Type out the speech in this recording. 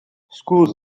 schools